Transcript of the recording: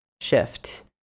shift